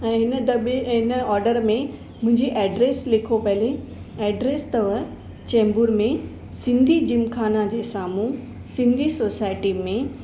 ऐं हिन दॿे इन ऑडर में मुंहिंजी ऐड्रेस लिखो पहिरियों ऐड्रेस अथव चेम्बूर में सिंधी जिम खाना जे साम्हूं सिंधी सोसायटी में